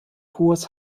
hohes